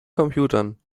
computern